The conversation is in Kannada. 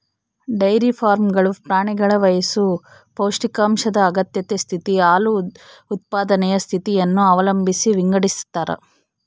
ಡೈರಿ ಫಾರ್ಮ್ಗಳು ಪ್ರಾಣಿಗಳ ವಯಸ್ಸು ಪೌಷ್ಟಿಕಾಂಶದ ಅಗತ್ಯತೆ ಸ್ಥಿತಿ, ಹಾಲು ಉತ್ಪಾದನೆಯ ಸ್ಥಿತಿಯನ್ನು ಅವಲಂಬಿಸಿ ವಿಂಗಡಿಸತಾರ